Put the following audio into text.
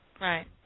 Right